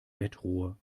bettruhe